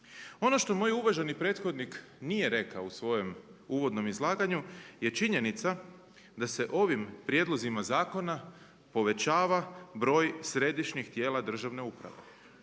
Ono što moj uvaženi prethodnik nije rekao u svojem uvodnom izlaganju je činjenica da se ovim prijedlozima zakona povećava broj središnjih tijela državne uprave,